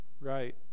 right